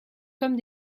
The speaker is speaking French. comme